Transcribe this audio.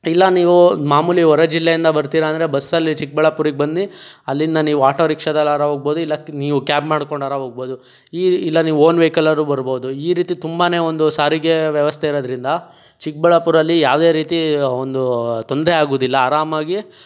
ಇಲ್ಲ ನೀವು ಮಾಮೂಲಿ ಹೊರಜಿಲ್ಲೆಯಿಂದ ಬರ್ತೀರಾ ಅಂದರೆ ಬಸ್ಸಲ್ಲಿ ಚಿಕ್ಕಬಳ್ಳಾಪುರಿಗೆ ಬಂದು ಅಲ್ಲಿಂದ ನೀವು ಆಟೋ ರಿಕ್ಷಾದಲ್ಲಾರ ಹೋಗಬಹುದು ಇಲ್ಲ ನೀವು ಕ್ಯಾಬ್ ಮಾಡ್ಕೊಂಡಾರ ಹೋಗಬಹುದು ಈ ಇಲ್ಲ ನೀವು ಓನ್ ವೆಹಿಕಲ್ಲಾದ್ರು ಬರಬಹುದು ಈ ರೀತಿ ತುಂಬನೇ ಒಂದು ಸಾರಿಗೆ ವ್ಯವಸ್ಥೆ ಇರೋದ್ರಿಂದ ಚಿಕ್ಕಬಳ್ಳಾಪುರಲ್ಲಿ ಯಾವುದೇ ರೀತಿ ಒಂದು ತೊಂದರೆಯಾಗುವುದಿಲ್ಲ ಆರಾಮಾಗಿ